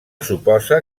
suposa